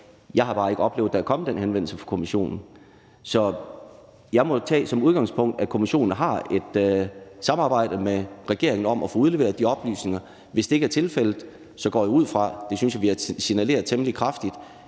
Jeg har bare ikke oplevet, at der er kommet den henvendelse fra kommissionen, så jeg må jo tage udgangspunkt i, at kommissionen har et samarbejde med regeringen om at få udleveret de oplysninger. Hvis det ikke er tilfældet, synes jeg, vi har signaleret temmelig kraftigt,